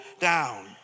down